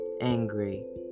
angry